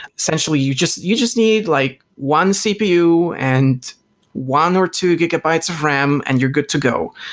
essentially you just you just need like one cpu and one or two gigabytes of ram and you're good to go.